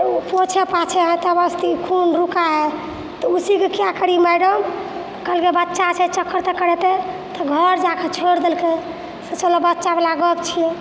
ओ पोछे पाछे हैं तब खून रुका है तऽ उसीके क्या करी मैडम क्याकि बच्चा छै चक्कर तक्कर एतै तऽ घर जाकऽ छोड़ि देलकै सोचलकै बच्चावला गप्प छियै